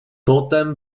potem